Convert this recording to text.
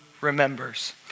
remembers